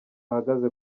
ahagaze